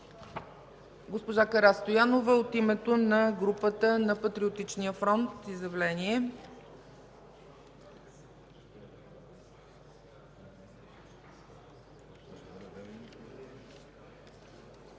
Госпожа Карастоянова от името на групата на Патриотичния фронт – изявление.